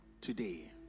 today